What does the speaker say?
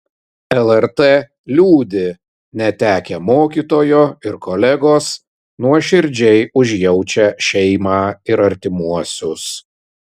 lrt liūdi netekę mokytojo ir kolegos nuoširdžiai užjaučia šeimą ir artimuosius